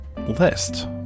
list